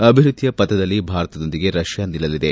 ಅಭಿವೃದ್ದಿಯ ಪಥದಲ್ಲಿ ಭಾರತದೊಂದಿಗೆ ರಷ್ತಾ ನಿಲ್ಲಲಿದೆ